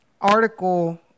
article